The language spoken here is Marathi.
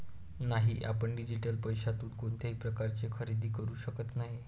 नाही, आपण डिजिटल पैशातून कोणत्याही प्रकारचे खरेदी करू शकत नाही